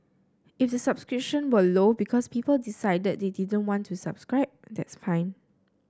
if the subscription were low because people decided they didn't want to subscribe that's fine